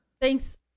thanks